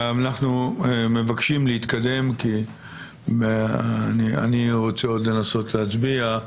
אנחנו מבקשים להתקדם כי אני רוצה עוד לנסות להצביע,